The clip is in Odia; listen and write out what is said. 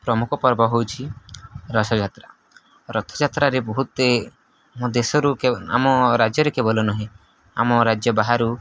ପ୍ରମୁଖ ପର୍ବ ହେଉଛି ରଥଯାତ୍ରା ରଥଯାତ୍ରାରେ ବହୁତ ଆମ ଦେଶରୁ ଆମ ରାଜ୍ୟରେ କେବଳ ନୁହେଁ ଆମ ରାଜ୍ୟ ବାହାରୁ